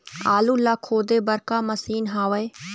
आलू ला खोदे बर का मशीन हावे?